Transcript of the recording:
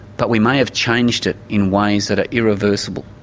but we may have changed it in ways that are irreversible.